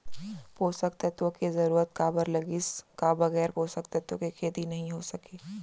पोसक तत्व के जरूरत काबर लगिस, का बगैर पोसक तत्व के खेती नही हो सके?